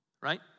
right